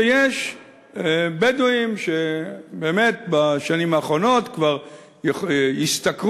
ויש בדואים שבאמת בשנים האחרונות כבר השתכרו,